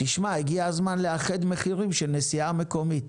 שמע, הגיע הזמן להאחיד מחירים של נסיעה מקומית,